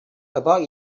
about